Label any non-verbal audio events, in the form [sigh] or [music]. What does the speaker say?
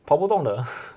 跑不动的 [laughs]